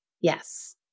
Yes